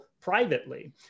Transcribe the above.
privately